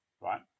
Right